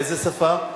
לאיזה שפה?